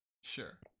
Sure